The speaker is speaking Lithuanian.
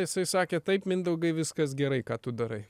jisai sakė taip mindaugai viskas gerai ką tu darai